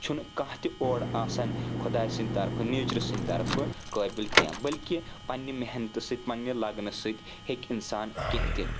چھُنہٕ کانٛہہ تہِ اورٕ آسان خۄداے سٕنٛدِ طرفہٕ نَیٚچرٕ سٕنٛدِ طرفہٕ قٲبِل کینٛہہ بٔلکہِ پننہِ محنتہٕ سۭتۍ پننہِ لگنہٕ سۭتۍ ہیٚکہِ اِنسان کینٛہہ تہِ